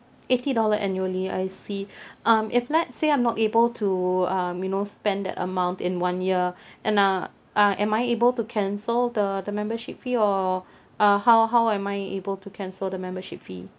eighty dollar annually I see um if let's say I'm not able to um you know spend that amount in one year and uh uh am I able to cancel the the membership fee or uh how how am I able to cancel the membership fee